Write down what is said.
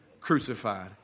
crucified